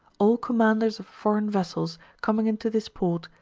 all commanders of foreign vessels coming into this port,